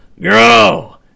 Grow